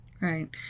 Right